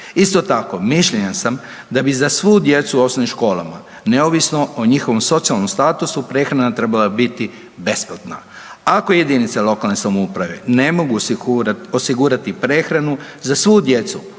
Isto tako mišljenja sam da bi za svu djecu u osnovnim školama neovisno o njihovom socijalnom statusu prehrana trebala biti besplatna. Ako jedinica lokalne samouprave ne mogu osigurati prehranu za svu djecu